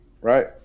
Right